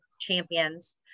champions